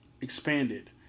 Expanded